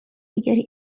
دیگری